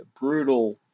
brutal